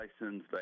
license